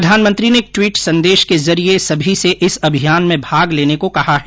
प्रधानमंत्री ने एक ट्वीट संदेश के जरिये सभी से इस अभियान में भाग लेने को कहा है